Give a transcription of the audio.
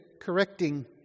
correcting